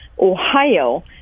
Ohio